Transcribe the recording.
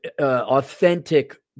authentic